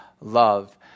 love